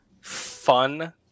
fun